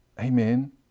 Amen